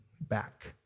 back